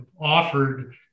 offered